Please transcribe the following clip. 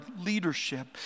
leadership